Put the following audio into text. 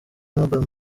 mobile